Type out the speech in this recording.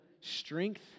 strength